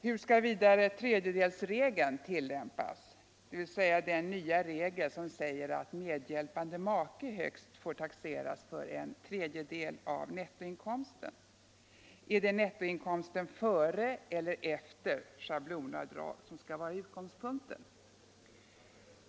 Hur skall vidare tredjedelsregeln — dvs. den nya regel som säger att medhjälpande make får taxeras för högst en tredjedel av nettoinkomsten — tillämpas? Är det nettoinkomsten före eller efter schablonavdrag som skall vara utgångspunkten?